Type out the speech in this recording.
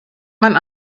man